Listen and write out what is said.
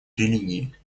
религии